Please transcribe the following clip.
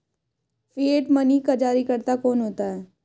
Fiat money का जारीकर्ता कौन होता है?